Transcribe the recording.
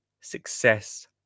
success